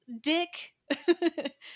dick